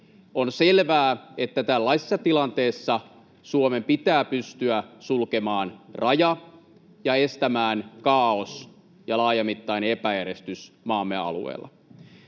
On selvää, että tällaisessa tilanteessa Suomen pitää pystyä sulkemaan raja ja estämään kaaos ja laajamittainen epäjärjestys maamme alueella.